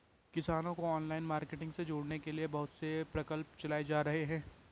किसानों को online marketing से जोड़ने के लिए बहुत से प्रकल्प चलाए जा रहे हैं